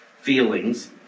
feelings